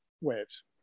waves